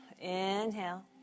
inhale